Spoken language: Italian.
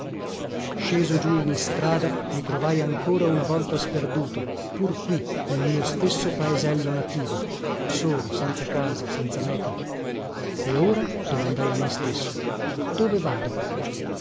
sceso giù in istrada mi trovai ancora una volta sperduto pur qui nel mio stesso paesello nativo solo senza casa senza mèta e ora domandai a me stesso dove vado